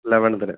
ലെവൻത്ത്ന്